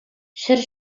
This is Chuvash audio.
ҫӗр